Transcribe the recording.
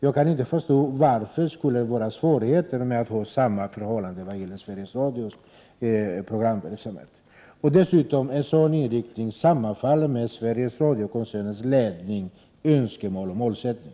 Jag kan inte förstå varför vi skulle få så stora svårigheter med samma riktlinjer för Sveriges Radios programverksamhet. En sådan inriktning sammanfaller dessutom med Sveriges Radio-koncernens lednings önskemål och målsättning.